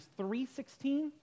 3.16